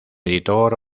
editor